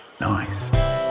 nice